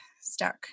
stuck